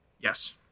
Yes